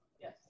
Yes